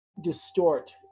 distort